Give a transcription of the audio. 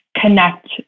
connect